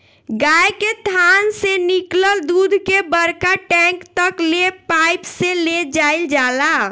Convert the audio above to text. गाय के थान से निकलल दूध के बड़का टैंक तक ले पाइप से ले जाईल जाला